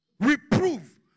reprove